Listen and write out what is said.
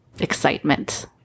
excitement